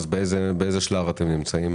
באיזה שלב אתם נמצאים?